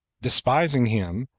despising him,